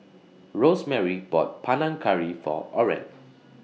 Rosemarie bought Panang Curry For Oren